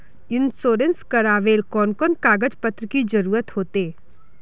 Insurance करावेल कोन कोन कागज पत्र की जरूरत होते?